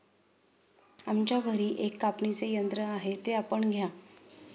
आमच्या घरी एक कापणीचे यंत्र आहे ते आपण घ्या